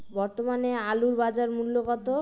বর্তমানে আলুর বাজার মূল্য কত?